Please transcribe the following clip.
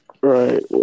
Right